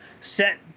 set